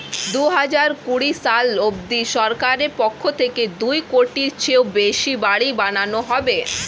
দুহাজার কুড়ি সাল অবধি সরকারের পক্ষ থেকে দুই কোটির চেয়েও বেশি বাড়ি বানানো হবে